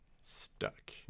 stuck